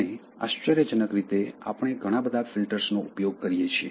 અને આશ્ચર્યજનક રીતે આપણે ઘણા બધા ફિલ્ટર્સ નો ઉપયોગ કરીએ છીએ